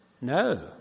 No